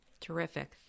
Terrific